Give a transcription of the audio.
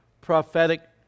prophetic